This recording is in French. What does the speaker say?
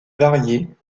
variés